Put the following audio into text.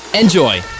Enjoy